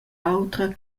autra